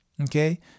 Okay